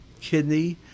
kidney